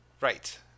Right